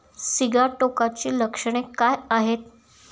सिगाटोकाची लक्षणे काय आहेत?